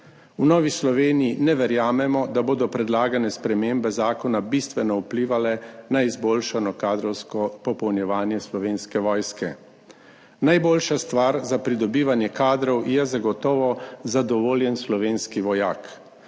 V Novi Sloveniji ne verjamemo, da bodo predlagane spremembe zakona bistveno vplivale na izboljšano kadrovsko popolnjevanje Slovenske vojske. Najboljša stvar za pridobivanje kadrov je zagotovo zadovoljen slovenski vojak,